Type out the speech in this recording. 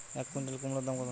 এক কুইন্টাল কুমোড় দাম কত?